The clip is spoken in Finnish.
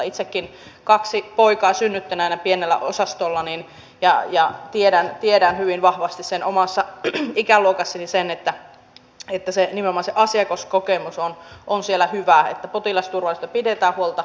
itsekin kaksi poikaa pienellä osastolla synnyttäneenä tiedän hyvin vahvasti omassa ikäluokassani sen että nimenomaan se asiakaskokemus on siellä hyvä että potilasturvallisuudesta pidetään huolta